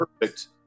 perfect